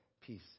peace